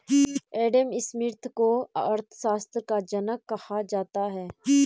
Adam Smith को अर्थशास्त्र का जनक कहा जाता है